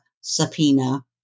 subpoena